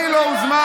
מי לא הוזמן?